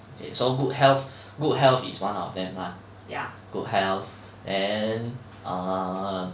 okay so good health good health is one of them lah good health then um